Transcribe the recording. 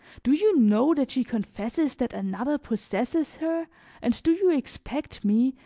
do you know that she confesses that another possesses her and do you expect me,